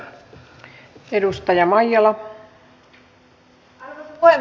arvoisa puhemies